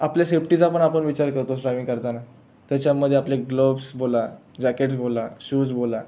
आपल्या सेफ्टीचा पण आपण विचार करतोच ड्राइविंग करताना त्याच्यामध्ये आपले ग्लव्ज बोला जॅकेटस बोला शूज बोला